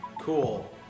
cool